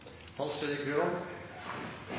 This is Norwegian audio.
Hans Fredrik Grøvan,